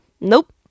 Nope